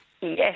Yes